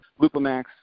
Lupamax